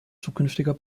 zukünftiger